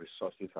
resources